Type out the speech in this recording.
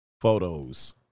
photos